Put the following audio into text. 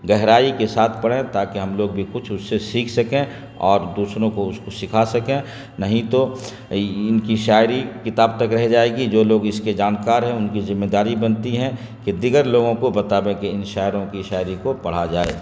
گہرائی کے ساتھ پڑھیں تاکہ ہم لوگ بھی کچھ اس سے سیکھ سکیں اور دوسروں کو اس کو سکھا سکیں نہیں تو ان کی شاعری کتاب تک رہ جائے گی جو لوگ اس کے جانکار ہیں ان کی ذمہ داری بنتی ہیں کہ دیگر لوگوں کو بتا بیں کہ ان شاعروں کی شاعری کو پڑھا جائے